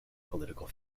political